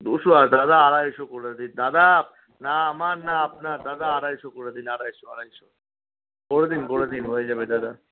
দুশো না দাদা আড়াইশো করে দিন দাদা না আমার না আপনার দাদা আড়াইশো করে দিন আড়াইশো আড়াইশো করে দিন করে দিন হয়ে যাবে দাদা